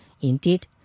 Indeed